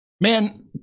Man